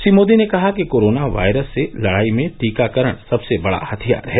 श्री मोदी ने कहा कि कोरोना वायरस से लड़ाई में टीकाकरण सबसे बड़ा हथियार है